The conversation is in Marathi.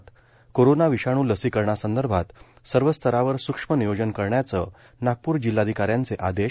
त कोरोना विषाणू लसिकरणासंदर्भात सर्व स्तरावर सुक्ष्म नियोजन करण्याचं नागपूर जिल्हाधिकाऱ्याचे आदेश